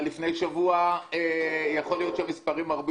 אבל יכול להיות שלפני שבוע המספרים היו הרבה